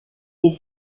des